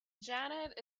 janet